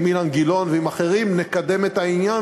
עם אילן גילאון ועם אחרים נקדם את העניין